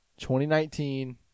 2019